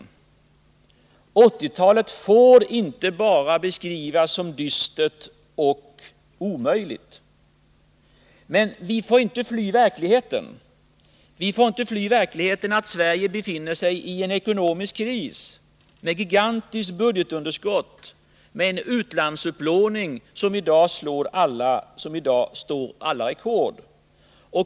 1980-talet får inte beskrivas bara som dystert och omöjligt. Men vi får inte heller fly från verkligheten, den verkligheten att Sverige befinner sig i en ekonomisk kris med ett gigantiskt budgetunderskott och en utlandsupplåning som i dag slår alla rekord.